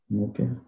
Okay